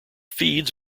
feeds